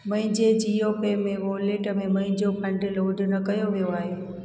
मुंहिंजे जीओ पे में वॉलेट में मुंहिंजो फंड लोड न कयो वियो आहे